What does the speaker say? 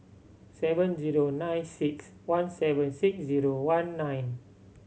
seven zero nine six one seven six zero one nine